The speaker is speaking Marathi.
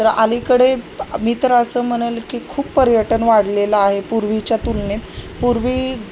तर अलीकडे मी तर असं म्हणलं की खूप पर्यटन वाढलेलं आहे पूर्वीच्या तुलनेत पूर्वी